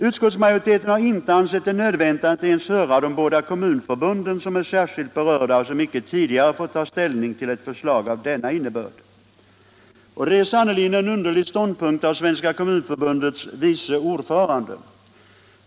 Utskottsmajoriteten har inte ansett det behövligt ens att höra de båda kommunförbunden, som är särskilt berörda och som icke tidigare har fått ta ställning till ett förslag av denna innebörd. Det är sannerligen en underlig ståndpunkt av Svenska kommunförbundets vice ordförande.